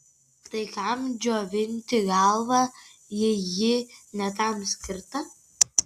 tai kam džiovinti galvą jei ji ne tam skirta